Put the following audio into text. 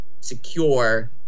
secure